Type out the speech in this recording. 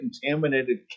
Contaminated